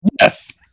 Yes